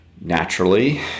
naturally